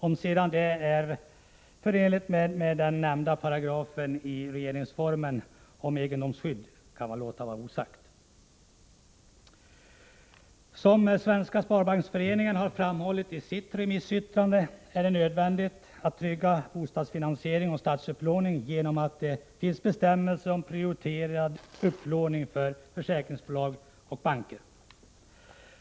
Om utvidgningen av den allmänna placeringsplikten är förenlig med den tidigare nämnda paragrafen om egendomsskydd i regeringsformen vill vi låta vara osagt. Som Svenska sparbanksföreningen har framhållit i sitt remissyttrande är det nödvändigt att bostadsfinansiering och statsupplåning tryggas genom att det finns bestämmelser om prioriterad upplåning för försäkringsbolag och banker.